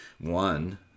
one